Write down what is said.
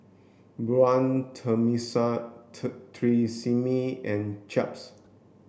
Braun Tresemme and Chaps